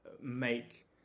make